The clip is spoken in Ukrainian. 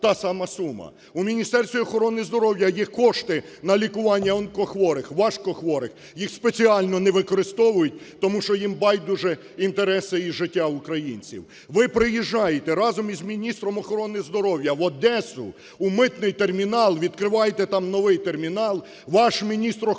та сама сума. В Міністерстві охорони здоров'я є кошти на лікування онкохворих, важкохворих. Їх спеціально не використовують, тому що їм байдуже інтереси і життя українців. Ви приїжджаєте разом з міністром охорони здоров'я в Одесу, в митний термінал, відкриваєте там новий термінал – ваш міністр охорони здоров'я